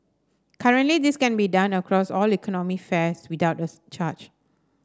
currently this can be done across all economy fares without a charge